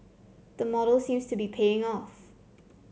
the model seems to be paying off